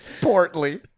Portly